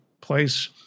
place